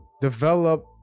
develop